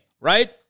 Right